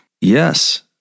Yes